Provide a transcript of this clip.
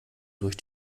durch